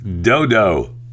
dodo